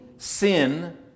Sin